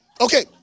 Okay